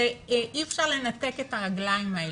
אי אפשר לנתק את הרגליים האלה.